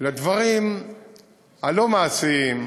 לדברים הלא-מעשיים,